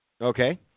Okay